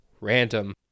random